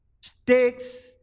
sticks